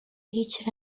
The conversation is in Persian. هیچ